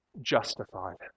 justified